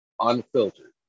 Unfiltered